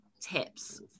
tips